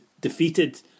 defeated